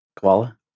Koala